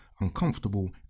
uncomfortable